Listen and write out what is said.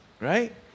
right